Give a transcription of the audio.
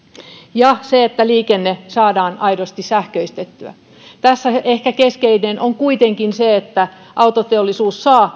ja se että liikenne saadaan aidosti sähköistettyä tässä ehkä keskeinen asia on kuitenkin se että autoteollisuus saa